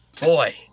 boy